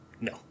no